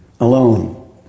alone